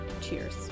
Cheers